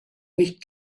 nicht